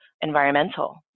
environmental